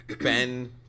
Ben